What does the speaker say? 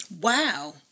Wow